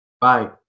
Bye